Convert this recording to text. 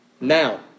Now